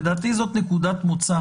לדעתי זאת נקודת מוצא